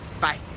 Bye